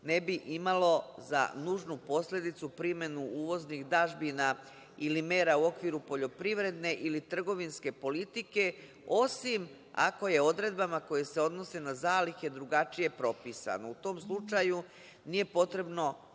ne bi li imalo za nužnu posledicu primenu uvoznih dažbina ili mera u okviru poljoprivredne ili trgovinske politike, osim ako je odredbama koje se odnose na zalihe drugačije propisano.U tom slučaju nije potrebno